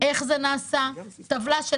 שפה משותפת, איך זה נעשה, טבלה של